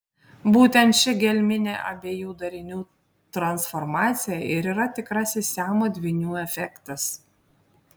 būtent ši gelminė abiejų darinių transformacija ir yra tikrasis siamo dvynių efektas